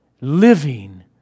living